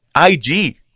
IG